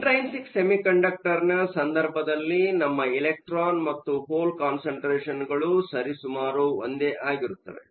intrinsic ಸೆಮಿಕಂಡಕ್ಟರ್ನ ಸಂದರ್ಭದಲ್ಲಿ ನಮ್ಮಲ್ಲಿ ಎಲೆಕ್ಟ್ರಾನ್ ಮತ್ತು ಹೋಲ್ ಕಾನ್ಸಂಟ್ರೇಷಗಳು ಸರಿಸುಮಾರು ಒಂದೇ ಆಗಿರುತ್ತದೆ